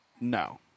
No